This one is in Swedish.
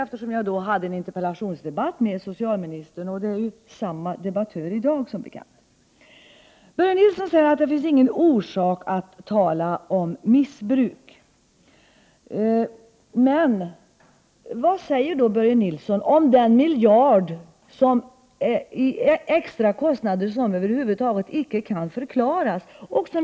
Jag hade då en interpellationsdebatt med socialministern, och det är ju som bekant samma debattör i dag. Börje Nilsson säger att det inte finns någon orsak att tala om missbruk. Vad säger då Börje Nilsson om den miljard i extra kostnader som över huvud taget inte kan förklaras?